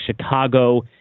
Chicago